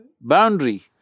boundary